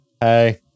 Hey